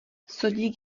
sodík